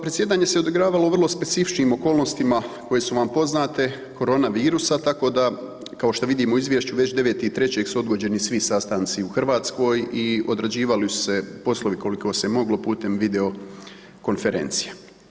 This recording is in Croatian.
Predsjedanje se odigravalo u vrlo specifičnim okolnostima koje su vam poznate koronavirusa tako da kao što vidimo u izvješću već 9.3. su odgođeni svi sastanci u Hrvatskoj i odrađivali su se poslovi koliko se moglo putem video konferencije.